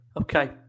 Okay